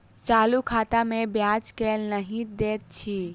चालू खाता मे ब्याज केल नहि दैत अछि